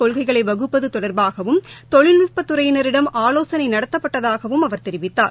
கொள்கைகளைவகுப்பதுதொடர்பாகவும் தொழில்நுட்பத் அரசின் துறையினரிடம் ஆலோசனைநடத்தப்பட்டதாகவும் அவர் தெரிவித்தார்